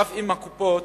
ואף אם הקופות